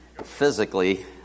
physically